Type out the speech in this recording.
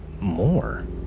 more